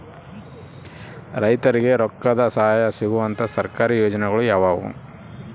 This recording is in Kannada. ರೈತರಿಗೆ ರೊಕ್ಕದ ಸಹಾಯ ಸಿಗುವಂತಹ ಸರ್ಕಾರಿ ಯೋಜನೆಗಳು ಯಾವುವು?